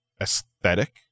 aesthetic